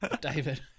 david